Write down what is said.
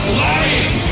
lying